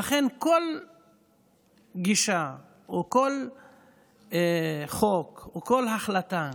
כל גישה או כל חוק או כל החלטה